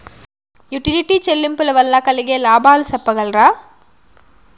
Utility చెల్లింపులు వల్ల కలిగే లాభాలు సెప్పగలరా?